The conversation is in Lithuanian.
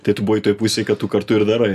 tai tu buvai toj pusėj kad tu kartu ir darai